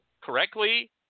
correctly